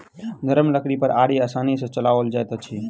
नरम लकड़ी पर आरी आसानी सॅ चलाओल जाइत अछि